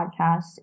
podcast